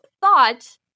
thought